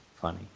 funny